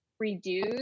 reduce